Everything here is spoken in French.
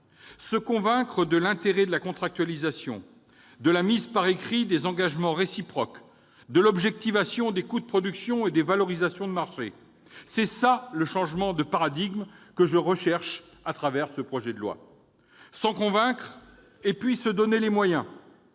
Se convaincre de l'intérêt de la contractualisation, de la mise par écrit des engagements réciproques, de l'objectivation des coûts de production et des valorisations de marché, c'est cela le changement de paradigme que je recherche au travers de ce projet de loi ! Il s'agit de s'en convaincre, puis de se donner les moyens